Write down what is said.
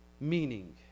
meaning